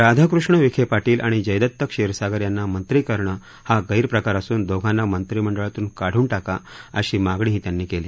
राधाकृष्ण विखे पाटील आणि जयदत्त क्षीरसागर यांना मंत्री करणं हा गैरप्रकार असून दोघांना मंत्री मंडळातून काढून टाका अशी मागणीही त्यांनी केली